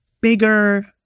bigger